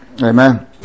Amen